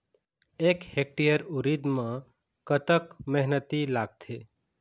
एक हेक्टेयर उरीद म कतक मेहनती लागथे?